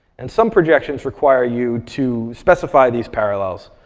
and some projections require you to specify these parallels.